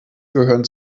gehören